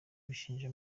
bishinja